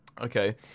Okay